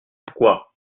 quoi